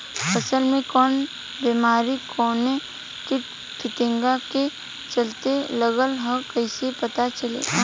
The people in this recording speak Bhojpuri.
फसल में कवन बेमारी कवने कीट फतिंगा के चलते लगल ह कइसे पता चली?